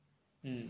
mm